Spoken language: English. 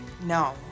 No